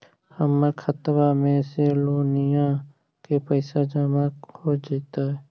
हमर खातबा में से लोनिया के पैसा जामा हो जैतय?